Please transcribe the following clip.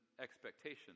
expectation